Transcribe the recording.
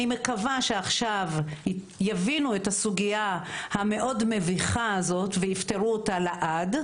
אני מקווה שעכשיו יבינו את הסוגיה המאוד מביכה הזאת ויפתרו אותה לעד.